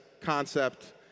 concept